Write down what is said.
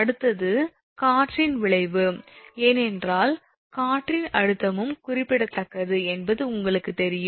அடுத்தது காற்றின் விளைவு ஏனென்றால் காற்றின் அழுத்தமும் குறிப்பிடத்தக்கது என்பது உங்களுக்குத் தெரியும்